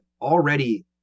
already